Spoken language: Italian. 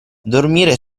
dormire